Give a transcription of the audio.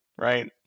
right